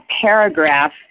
paragraph